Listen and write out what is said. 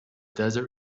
desert